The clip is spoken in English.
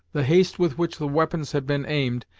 the haste with which the weapons had been aimed,